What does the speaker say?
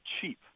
cheap